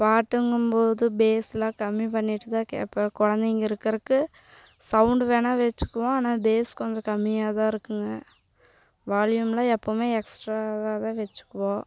பாட்டுங்கும்போது பேஸ்லாம் கம்மி பண்ணிவிட்டுதான் கேட்பேன் கொழந்தைங்க இருக்கிறக்கு சவுண்டு வேணால் வெச்சுக்குவோம் ஆனால் பேஸ் கொஞ்சம் கம்மியாகதான் இருக்கும்ங்க வால்யுமெலாம் எப்போவுமே எக்ஸ்ட்ராவாகதான் வெச்சுக்குவோம்